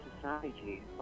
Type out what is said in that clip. society